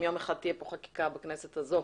אם יום אחד תהיה פה חקיקה בכנסת הזאת.